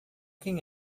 quem